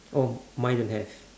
oh mine don't have